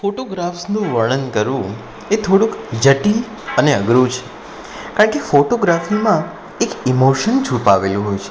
ફોટોગ્રાફ્સનું વર્ણન કરવું એ થોડુંક જટિલ અને અઘરું છે કારણ કે ફોટોગ્રાફીમાં એક ઇમોસન છુપાવેલું હોય છે